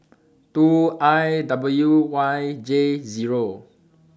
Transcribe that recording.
two I W Y J Zero